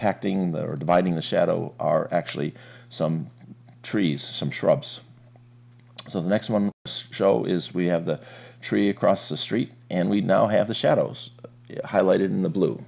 impacting the dividing the shadow are actually some trees some shrubs so the next one show is we have the tree across the street and we now have the shadows highlighted in the blue